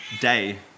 day